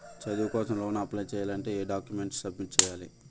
చదువు కోసం loan apply చేయాలి అంటే ఎం డాక్యుమెంట్స్ సబ్మిట్ చేయాలి?